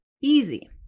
easy